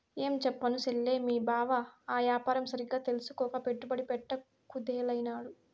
ఏంచెప్పను సెల్లే, మీ బావ ఆ యాపారం సరిగ్గా తెల్సుకోక పెట్టుబడి పెట్ట కుదేలైనాడు